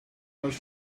much